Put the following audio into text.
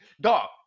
dog